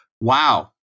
Wow